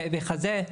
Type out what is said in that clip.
כאבי חזה.